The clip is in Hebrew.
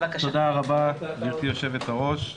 תודה רבה גבירתי יושבת הראש.